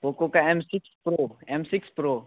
Poco का M six pro M six pro